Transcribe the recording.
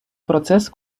процес